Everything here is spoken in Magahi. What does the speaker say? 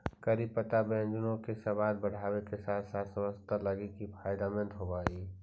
करी पत्ता व्यंजनों के सबाद बढ़ाबे के साथ साथ स्वास्थ्य लागी भी फायदेमंद होब हई